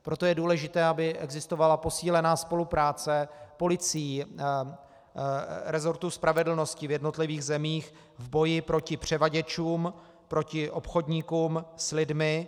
Proto je důležité, aby existovala posílená spolupráce policií, resortů spravedlnosti v jednotlivých zemích v boji proti převaděčům, proti obchodníkům s lidmi.